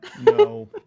No